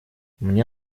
мне